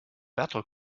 battle